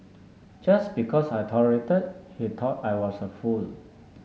just because I tolerated he taught I was a fool